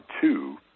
two